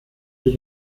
die